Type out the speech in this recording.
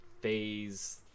Phase